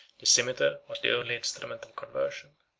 the cimeter was the only instrument of conversion.